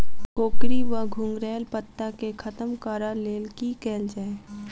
कोकरी वा घुंघरैल पत्ता केँ खत्म कऽर लेल की कैल जाय?